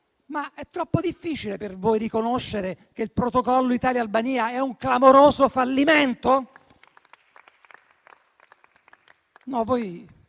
è troppo difficile per voi riconoscere che il protocollo Italia - Albania è un clamoroso fallimento?